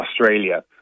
Australia